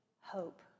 hope